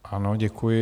Ano, děkuji.